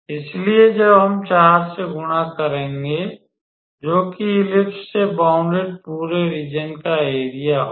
इसलिए जब हम 4 से गुणा करेंगे जोकि दीर्घवृत्त से बौंडेड पूरे रीज़न का एरिया होगा